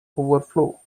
overflow